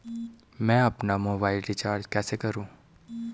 मैं अपना mobile recharge कैसे करूँ?